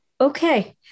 Okay